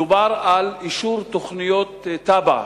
מדובר על אישור תוכניות בניין עיר,